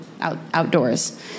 outdoors